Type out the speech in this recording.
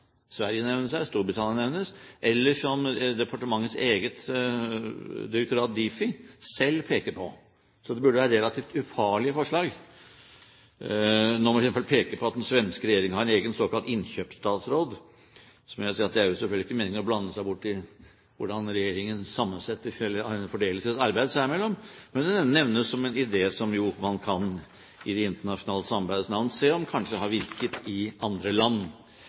Sverige og Storbritannia nevnes her – eller som departementets eget direktorat, Difi, selv peker på. Så det burde være relativt ufarlige forslag. Når man f.eks. peker på at den svenske regjeringen har en egen såkalt innkjøpsstatsråd, er det selvfølgelig ikke meningen å blande seg borti hvordan regjeringen fordeler sitt arbeid seg imellom, men det nevnes som en idé som man jo i det internasjonale samarbeidets navn kan se om har virket i andre land.